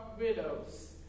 widows